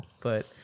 but-